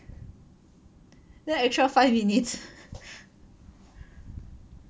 extra five minutes